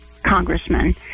Congressman